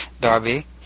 Darby